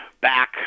back